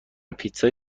پیتزای